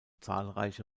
zahlreiche